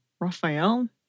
Raphael